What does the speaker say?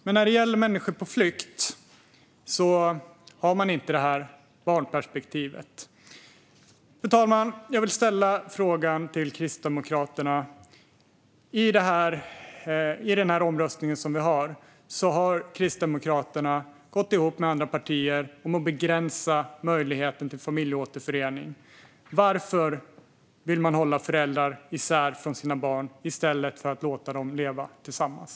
Men när det gäller människor på flykt har man inte barnperspektivet. Fru talman! Jag vill ställa en fråga till Kristdemokraterna. Inför omröstningen har Kristdemokraterna gått ihop med andra partier om att begränsa möjligheten till familjeåterförening. Varför vill man hålla föräldrar isär från sina barn, i stället för att låta dem leva tillsammans?